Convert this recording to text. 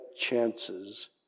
chances